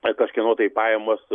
ar kažkieno tai pajamos